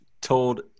told